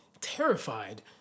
terrified